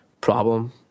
problem